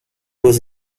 was